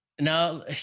now